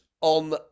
on